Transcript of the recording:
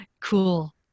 cool